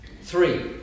three